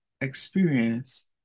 experience